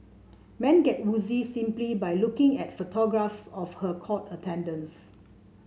men get woozy simply by looking at photographs of her court attendance